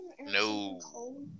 no